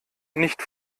nicht